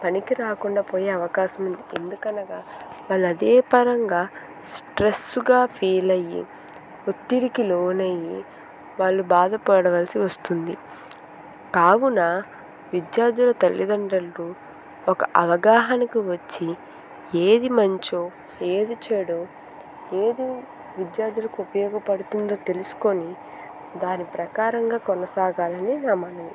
పనికిరాకుండా పోయే అవకాశం ఉంది ఎందుకలాగా వాళ్ళు అదేపరంగా స్ట్రెస్సుగా ఫీల్ అవీ ఒత్తిడికిలోనయ్యే వాళ్ళు బాధపడవలసి వస్తుంది కావున విద్యార్థుల తల్లిదండ్రులకు ఒక అవగాహనకు వచ్చి ఏది మంచో ఏది చెడో ఏది విద్యార్థులకు ఉపయోగపడుతుందో తెలుసుకొని దాని ప్రకారంగా కొనసాగాలని నా మనవి